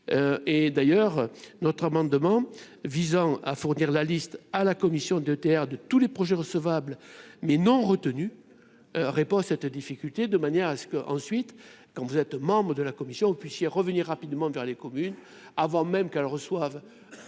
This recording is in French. et d'ailleurs notre amendement visant à fournir la liste à la Commission de terre de tous les projets recevable mais non retenu répond à cette difficulté de manière à ce que, ensuite, quand vous êtes membre de la commission puissiez revenir rapidement vers les communes, avant même qu'elles reçoivent